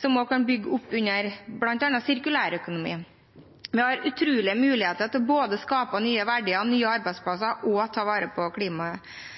som også kan bygge opp under bl.a. sirkulærøkonomien. Vi har utrolige muligheter til både å skape nye verdier og nye arbeidsplasser og å ta vare på klimaet.